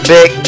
Big